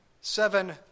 seven